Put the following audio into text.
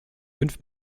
fünf